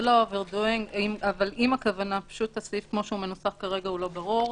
הסעיף כמו שהוא מנוסח כרגע הוא לא ברור.